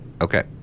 Okay